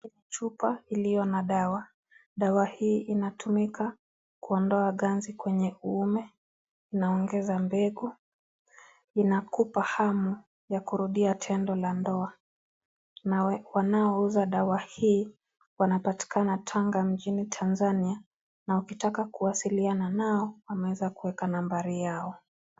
Chupa iliyo na dawa, dawa hii inatumika kuondoa ganzi kwenye uume na kuongeza mbegu, inakupa hamu ya kurudia tendo la ndoa na wanao uza dawa hii wanapatikana tanga mjini Tanzania na ukitaka kuwasiliana nao wameweza kuweka nambari yao.